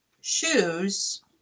shoes